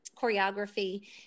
choreography